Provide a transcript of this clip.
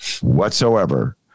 whatsoever